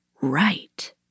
right